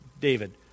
David